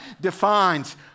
defines